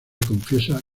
confiesa